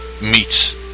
meets